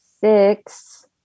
six